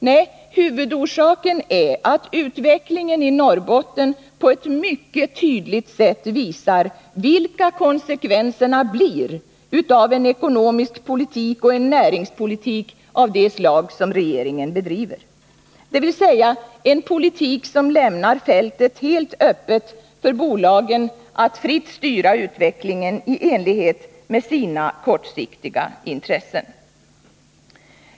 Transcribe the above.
Nej, huvudorsaken är att utvecklingen i Norrbotten på ett 41 mycket tydligt sätt visar vilka konsekvenserna blir av en ekonomisk politik och en näringspolitik av det slag som regeringen bedriver, dvs. en politik som lämnar fältet helt öppet för bolagen att fritt styra utvecklingen i enlighet med sina kortsiktiga intressen.